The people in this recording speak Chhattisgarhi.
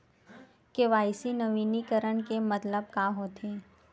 के.वाई.सी नवीनीकरण के मतलब का होथे?